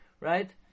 Right